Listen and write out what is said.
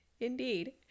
Indeed